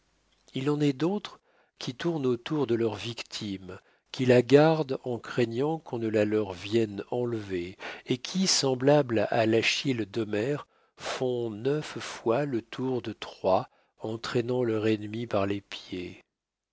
il en est d'autres qui tournent autour de leur victime qui la gardent en craignant qu'on ne la leur vienne enlever et qui semblables à l'achille d'homère font neuf fois le tour de troie en traînant leur ennemi par les pieds